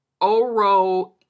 Oro